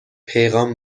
پیغام